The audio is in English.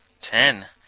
Ten